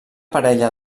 parella